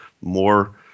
more